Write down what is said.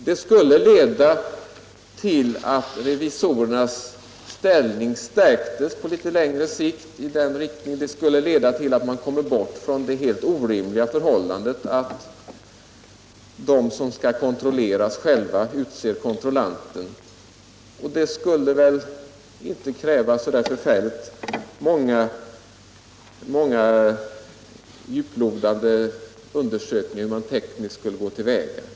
Det skulle leda till att revisorernas ställning stärktes på litet längre sikt. Det skulle leda till att man kommer bort från det helt orimliga förhållandet att de som skall kontrolleras själva utser kontrollanten. Speciellt djuplodande undersökningar om hur man tekniskt skulle gå till väga skulle inte heller behövas.